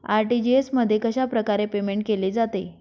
RTGS मध्ये कशाप्रकारे payment केले जाते?